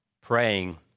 Praying